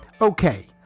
Okay